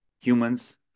humans